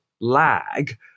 lag